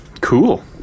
Cool